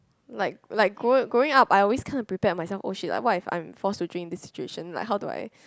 like like go growing up I always kinda prepared myself oh shit like what if I'm forced to drink in this situation like how do I